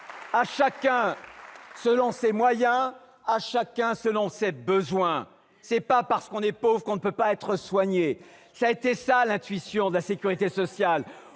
à chacun selon ses moyens, à chacun selon ses besoins ! Ce n'est pas parce qu'on est pauvre qu'on ne peut pas être soigné : telle est l'intuition qui a